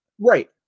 right